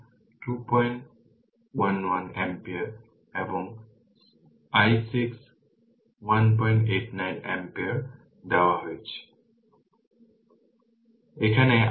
এখন i যে current প্রবাহিত হচ্ছে 5 Ω রোধের মধ্য দিয়ে যা i5 Ω লিখছে i1i3i5 শুধু এটির সুপারপজিশন 874 ampere যোগ করুন একইভাবে 10 Ω রেজিস্টেন্স মধ্য দিয়ে প্রবাহিত কারেন্ট এখানে i2 i4i6 এটি 426 ampere আসছে